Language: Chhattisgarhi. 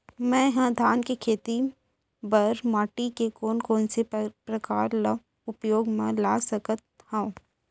मै ह धान के खेती बर माटी के कोन कोन से प्रकार ला उपयोग मा ला सकत हव?